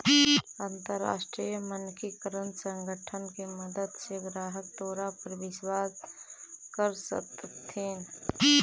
अंतरराष्ट्रीय मानकीकरण संगठन के मदद से ग्राहक तोरा पर विश्वास कर सकतथीन